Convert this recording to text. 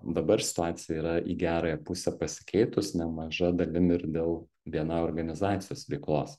dabar situacija yra į gerąją pusę pasikeitus nemaža dalim ir dėl bni organizacijos veiklos